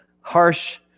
harsh